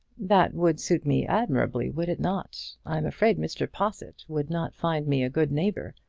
that would suit me admirably would it not? i'm afraid mr. possitt would not find me a good neighbour.